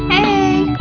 Hey